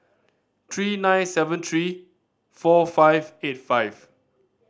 three nine seven three four five eight five